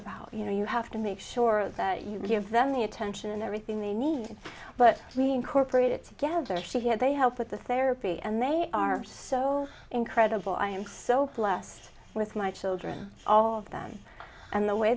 about you know you have to make sure that you give them the attention and everything they need but we incorporated together she had they help with the therapy and they are so incredible i am so blessed with my children all of them and the way